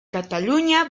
cataluña